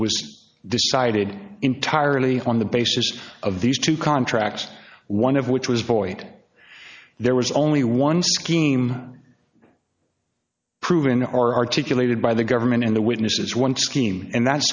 was decided entirely on the basis of these two contracts one of which was void there was only one scheme proven articulated by the government and the witnesses one scheme and that